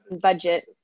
budget